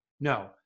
No